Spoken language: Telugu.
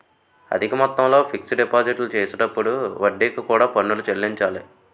అధిక మొత్తంలో ఫిక్స్ డిపాజిట్లు చేసినప్పుడు వడ్డీకి కూడా పన్నులు చెల్లించాలి